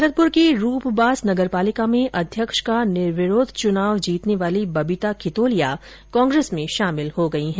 भरतपुर की रूपबास नगरपालिका में अध्यक्ष का निर्विरोध चुनाव जीतने वाली बबीता खितोलिया कांग्रेस में शामिल हो गई है